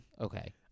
Okay